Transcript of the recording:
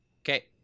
okay